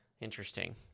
Interesting